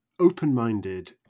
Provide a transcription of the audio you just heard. open-minded